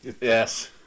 Yes